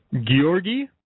Georgi